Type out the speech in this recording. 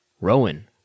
Rowan